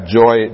joy